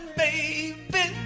baby